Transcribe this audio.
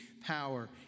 power